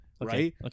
Right